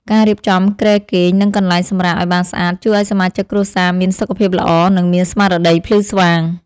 ការរៀបចំគ្រែគេង និងកន្លែងសម្រាកឱ្យបានស្អាតជួយឱ្យសមាជិកគ្រួសារមានសុខភាពល្អ និងមានស្មារតីភ្លឺស្វាង។